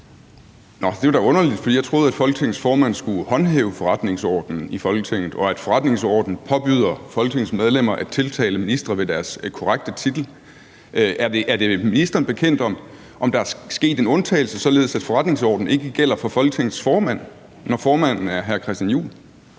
det var da underligt, for jeg troede, at Folketingets formand skulle håndhæve forretningsordenen i Folketinget, og at forretningsordenen påbyder Folketingets medlemmer at tiltale ministre ved deres korrekte titel. Er det ministeren bekendt, at der er sket en undtagelse, således at forretningsordenen ikke gælder for Folketingets formand, når formanden er hr. Christian Juhl?